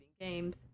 games